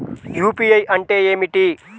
UPI అంటే ఏమిటి?